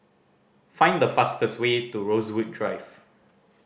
find the fastest way to Rosewood Drive